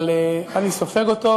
אבל אני סופג אותו,